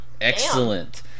Excellent